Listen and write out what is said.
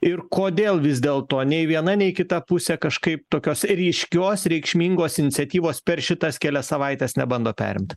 ir kodėl vis dėl to nei viena nei kita pusė kažkaip tokios ryškios reikšmingos iniciatyvos per šitas kelias savaites nebando perimt